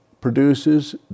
produces